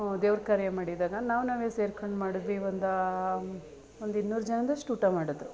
ದೇವ್ರ ಕಾರ್ಯ ಮಾಡಿದಾಗ ನಾವು ನಾವೇ ಸೇರ್ಕೊಂಡು ಮಾಡಿದ್ವಿ ಒಂದು ಒಂದು ಇನ್ನೂರು ಜನದಷ್ಟು ಊಟ ಮಾಡಿದ್ರು